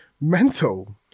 mental